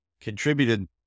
contributed